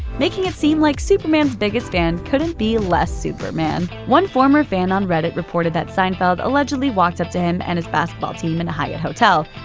making it seem like superman's biggest fan couldn't be less super, man. one former fan on reddit reported that seinfeld allegedly walked up to him and his basketball team in a hyatt hotel,